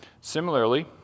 Similarly